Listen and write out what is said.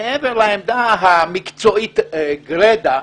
מעבר לעמדה המקצועית גרידא,